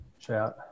chat